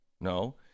no